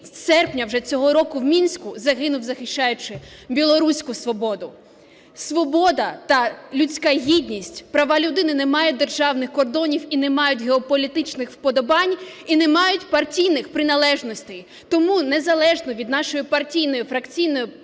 в серпні вже цього року в Мінську загинув, захищаючи білоруську свободу. Свобода та людська гідність, права людини не мають державних кордонів і не мають геополітичних вподобань, і не мають партійних приналежностей. Тому незалежно від нашої партійної, фракційної